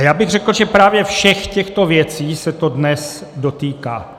A já bych řekl, že právě všech těchto věcí se to dnes dotýká.